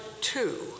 two